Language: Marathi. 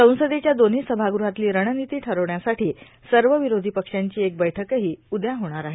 संसदेच्या दोव्ही सभागृहातली रणनिती ठरवण्यासाठी सर्व विरोधी पक्षांची एक बैठकही उद्या होणार आहे